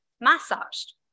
massaged